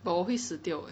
but 我会死掉 eh